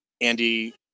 andy